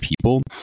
people